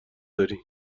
داری